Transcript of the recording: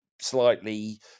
Slightly